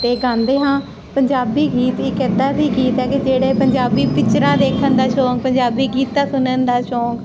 ਤੇ ਗਾਂਦੇ ਹਾਂ ਪੰਜਾਬੀ ਗੀਤ ਇੱਕ ਐਦਾਂ ਦੇ ਗੀਤ ਹੈ ਕਿ ਜਿਹੜੇ ਪੰਜਾਬੀ ਪਿਚਰਾਂ ਦੇਖਣ ਦਾ ਸ਼ੌਂਕ ਪੰਜਾਬੀ ਗੀਤਾ ਸੁਣਨ ਦਾ ਸ਼ੌਂਕ